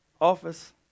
office